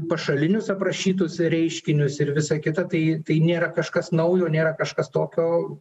pašalinius aprašytus reiškinius ir visa kita tai tai nėra kažkas naujo nėra kažkas tokio